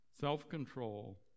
self-control